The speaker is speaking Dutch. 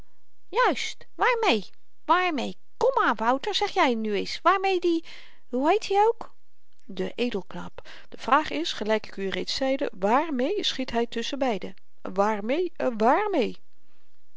juist waarmee waarmee komaan wouter zeg jy nu eens waarmee die hoe heet i ook de edelknaap de vraag is gelyk ik u reeds zeide waarmee schiet hy tusschen beiden waarmee waarmee